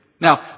Now